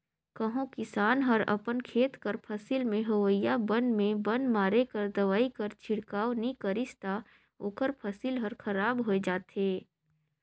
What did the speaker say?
कहों किसान हर अपन खेत कर फसिल में होवइया बन में बन मारे कर दवई कर छिड़काव नी करिस ता ओकर फसिल हर खराब होए जाथे